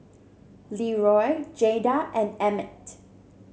Leroy Jayda and Emit